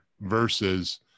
versus